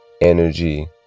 energy